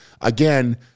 again